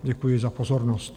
Děkuji za pozornost.